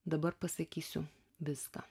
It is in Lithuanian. dabar pasakysiu viską